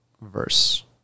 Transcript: verse